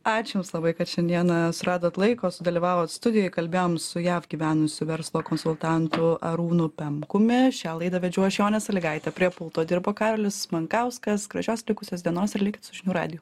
ačiū labai kad šiandieną radot laiko sudalyvavot studijoj kalbėjom su jav gyvenusiu verslo konsultantu arūnu pemkumi šią laidą vedžiau aš jonė salygaitė prie pulto dirbo karolis mankauskas gražios likusios dienos ir likt su žinių radiju